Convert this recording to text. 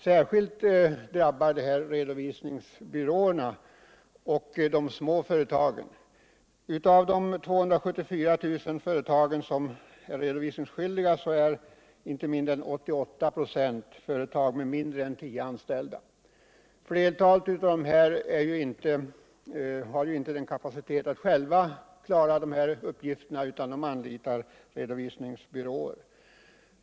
Detta drabbar särskilt redovisningsbyråerna och de små företagen. Av de 274 000 företag som är redovisningsskyldiga är inte mindre än 88 ";, företag med färre än tio anställda. Flertalet av dessa har inte kapacitet att själva klara de här uppgifterna utan anlitar redovisningsbyråer.